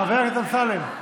חבר הכנסת אמסלם.